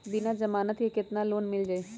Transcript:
बिना जमानत के केतना लोन मिल जाइ?